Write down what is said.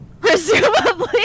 Presumably